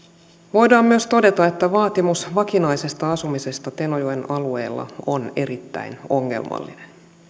voidaan myös todeta että vaatimus vakinaisesta asumisesta tenojoen alueella on erittäin ongelmallinen